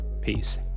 Peace